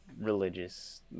religious